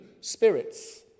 spirits